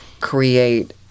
create